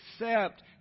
accept